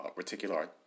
reticular